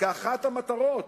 כאחת המטרות,